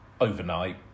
overnight